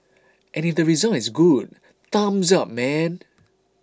and if the result is good thumbs up man